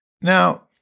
Now